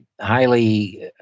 highly